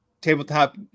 tabletop